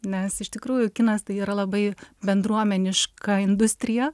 nes iš tikrųjų kinas tai yra labai bendruomeniška industrija